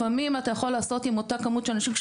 לפעמים אתה יכול לעשות עם אותו מספר של אנשים,